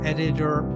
Editor